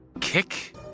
kick